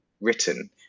written